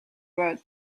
about